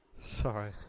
Sorry